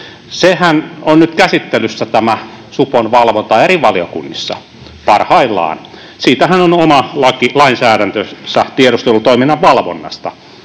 on nyt käsittelyssä eri valiokunnissa parhaillaan. Siitähän on oma lainsäädäntönsä, tiedustelutoiminnan valvonnasta,